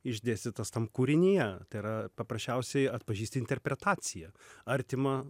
išdėstytas tam kūrinyje tai yra paprasčiausiai atpažįsti interpretaciją artimą